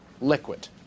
liquid